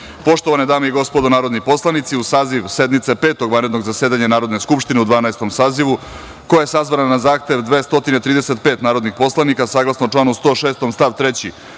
sazivu. Poštovane dame i gospodo narodni poslanici, uz Saziv sednice Petog vanrednog zasedanja Narodne skupštine u Dvanaestom sazivu, koja je sazvana na zahtev 235 narodnih poslanika, saglasno članu 106. stav 3.